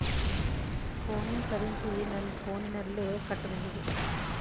ಫೋನಿನ ಕರೆನ್ಸಿ ನನ್ನ ಫೋನಿನಲ್ಲೇ ಕಟ್ಟಬಹುದು?